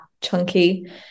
chunky